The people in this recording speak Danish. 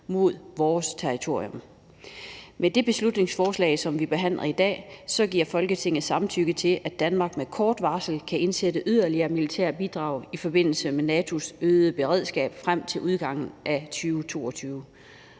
mod vores territorium. Med det beslutningsforslag, som vi behandler i dag, giver Folketinget sit samtykke til, at Danmark med kort varsel kan indsætte yderligere militære bidrag i forbindelse med NATO's øgede beredskab frem til udgangen af 2022,